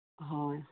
হয়